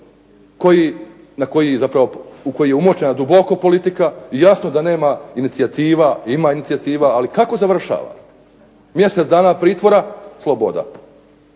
u koji je duboko umočena politika i jasno da nema inicijativa. Ima inicijativa, ali kako završava? Mjesec dana pritvora, sloboda.